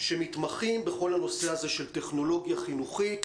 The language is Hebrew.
שמתמחים בכל הנושא הזה של טכנולוגיה חינוכית,